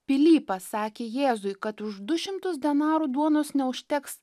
pilypas sakė jėzui kad už du šimtus denarų duonos neužteks